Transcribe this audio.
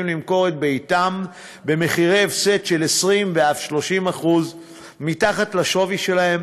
למכור את ביתם במחירי הפסד של 20% ואף 30% מתחת לשווי שלהם,